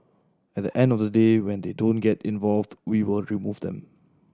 at the end of the day when they don't get involved we will remove them